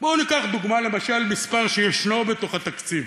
בואו ניקח דוגמה, למשל, מספר שישנו בתוך התקציב: